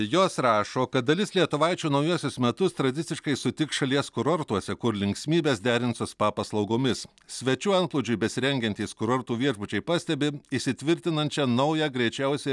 jos rašo kad dalis lietuvaičių naujuosius metus tradiciškai sutiks šalies kurortuose kur linksmybes derint su spa paslaugomis svečių antplūdžiui besirengiantys kurortų viešbučiai pastebi įsitvirtinančią naują greičiausiai